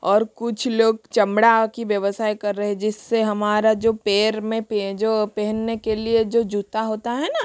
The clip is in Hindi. और कुछ लोग चमड़ा की व्यवसाय कर रहे जिससे हमारा जो पैर में जो पहनने के लिए जो जूता होता है ना